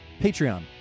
Patreon